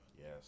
yes